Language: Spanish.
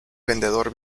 vendedor